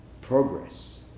progress